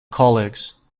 colleagues